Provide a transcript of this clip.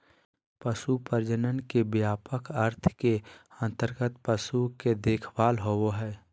पशु प्रजनन के व्यापक अर्थ के अंतर्गत पशु के देखभाल होबो हइ